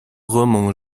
roman